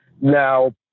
now